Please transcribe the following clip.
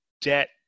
debt